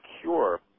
cure